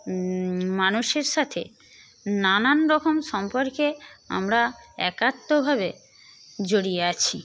মানুষের সাথে নানানরকম সম্পর্কে আমরা একাত্বভাবে জড়িয়ে আছি